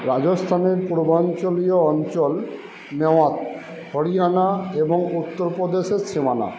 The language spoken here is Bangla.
রাজস্থানের পূর্বাঞ্চলীয় অঞ্চল মেওয়াত হরিয়ানা এবং উত্তর প্রদেশের সীমানা